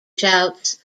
shouts